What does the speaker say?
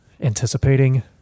anticipating